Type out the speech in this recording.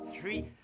three